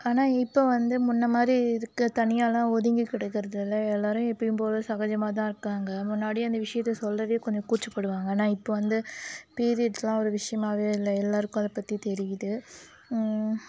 ஆனால் இப்போ வந்து முன்ன மாதிரி இருக்க தனியாகலாம் ஒதுங்கி கிடக்குறது இல்லை எல்லாரும் எப்பயும் போல் சகஜமாகதான் இருக்காங்க முன்னாடி அந்த விஷயத்தை சொல்லவே கொஞ்சம் கூச்சப்படுவாங்க ஆனால் இப்போ வந்து பீரியட்ஸ்லாம் ஒரு விஷயமாகவே இல்லை எல்லாருக்கும் அதை பற்றி தெரியுது